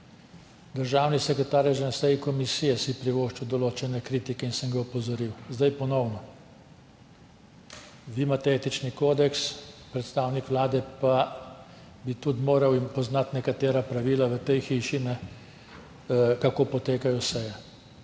Državni sekretar si je že na seji komisije privoščil določene kritike in sem ga opozoril, zdaj ponovno. Vi imate etični kodeks, predstavnik Vlade pa bi tudi moral poznati nekatera pravila v tej hiši, kako potekajo seje,